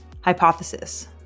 Hypothesis